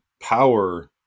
power